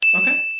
Okay